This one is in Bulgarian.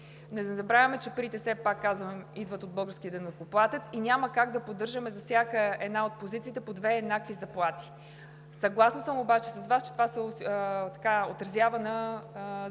не забравяме, че парите все пак, казах, идват от българския данъкоплатец и няма как да поддържаме за всяка една от позициите по две еднакви заплати. Съгласна съм обаче с Вас, че това се отразява на пенсиите